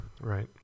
Right